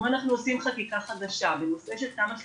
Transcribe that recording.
אם אנחנו עושים חקיקה חדשה בנושא של תמ"א 38,